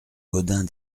gaudin